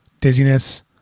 dizziness